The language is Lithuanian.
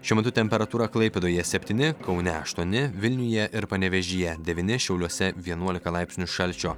šiuo metu temperatūra klaipėdoje septyni kaune aštuoni vilniuje ir panevėžyje devyni šiauliuose vienuolika laipsnių šalčio